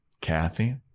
Kathy